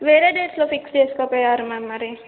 వేరే డేస్లో ఫిక్స్ చేసుకు పోయారా మ్యామ్ మరి